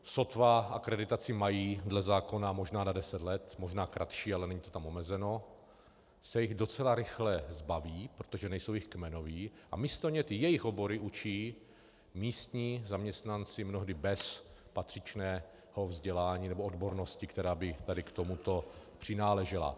Sotva akreditaci mají, dle zákona možná na deset let, možná kratší, ale není to tam omezeno, se jich docela rychle zbaví, protože nejsou jejich kmenoví, a místo nich ty jejich obory učí místní zaměstnanci, mnohdy bez patřičného vzdělání nebo odbornosti, která by k tomu přináležela.